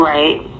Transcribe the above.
Right